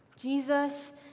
Jesus